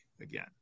again